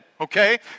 Okay